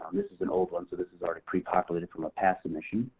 this is an old one so this is already pre-populated from a past submission.